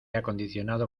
acondicionado